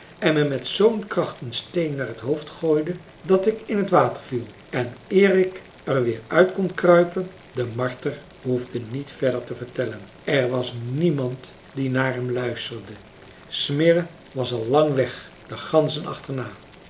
en me met z'n kracht een steen naar het hoofd gooide dat ik in t water viel en eer ik er weer uit kon kruipen de marter hoefde niet verder te vertellen er was niemand die naar hem luisterde smirre was al lang weg de ganzen achterna